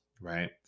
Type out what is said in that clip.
right